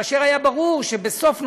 והיה ברור שבסוף נובמבר,